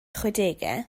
chwedegau